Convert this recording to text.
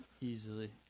Easily